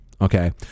okay